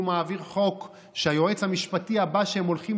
והוא מעביר חוק שהיועץ המשפטי הבא שהם הולכים